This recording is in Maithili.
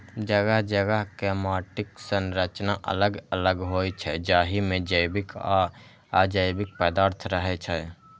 जगह जगह के माटिक संरचना अलग अलग होइ छै, जाहि मे जैविक आ अजैविक पदार्थ रहै छै